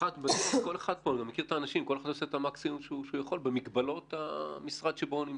ובסוף כל אחד עושה את המקסימום שהוא יכול במגבלות המשרד שבו הוא נמצא.